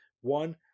one